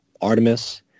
Artemis